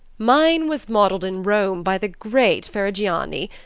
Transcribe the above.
mine was modelled in rome by the great ferrigiani.